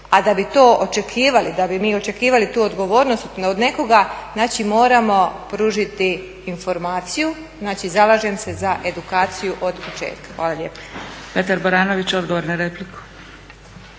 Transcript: A da bi to očekivali, da bi mi očekivali tu odgovornost od nekoga moramo pružiti informaciju. Zalažem se za edukaciju od početka. **Zgrebec,